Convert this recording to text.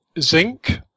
zinc